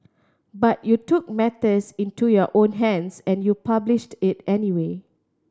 but you took matters into your own hands and you published it anyway